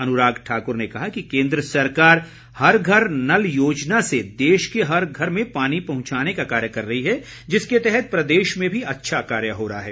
अनुराग ठाकुर ने कहा कि केंद्र सरकार हर घर नल योजना से देश के हर घर में पानी पहुंचाने का कार्य कर रही है जिसके तहत प्रदेश में भी अच्छा कार्य हो रहा है